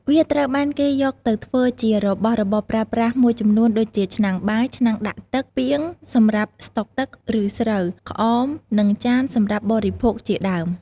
វាត្រូវបានគេយកទៅធ្វើជារបស់របរប្រើប្រាស់មួយចំនួនដូចជា ឆ្នាំងបាយ ឆ្នាំងដាក់ទឹក ពាង សម្រាប់ស្តុកទឹក ឬស្រូវ ក្អម និងចានសម្រាប់បរិភោគជាដើម។